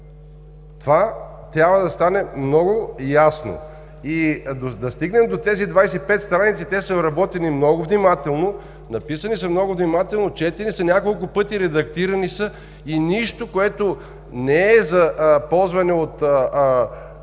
Това трябва да стане много ясно. Да стигнем и до тези 25 страници. Те са работени много внимателно, написани са много внимателно, четени са няколко пъти, редактирани са и нищо, което не е за ползване от